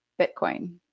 Bitcoin